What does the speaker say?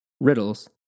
Riddles